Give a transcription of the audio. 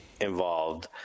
involved